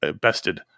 bested